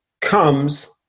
comes